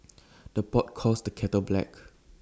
the pot calls the kettle black